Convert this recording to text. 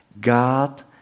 God